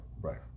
right